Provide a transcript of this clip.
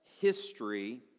history